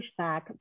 pushback